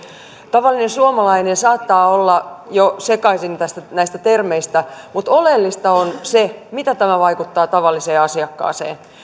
tavallinen suomalainen saattaa olla jo sekaisin näistä termeistä mutta oleellista on se miten tämä vaikuttaa tavalliseen asiakkaaseen